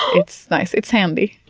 it's nice. it's handy.